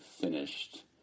finished